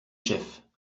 chefs